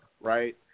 right